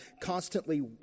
constantly